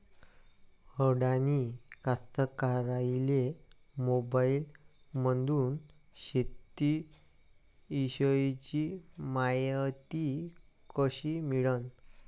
अडानी कास्तकाराइले मोबाईलमंदून शेती इषयीची मायती कशी मिळन?